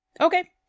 Okay